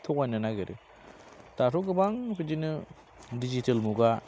थ'गायनो नागिरो दाथ' गोबां बिदिनो डिजिटेल मुगा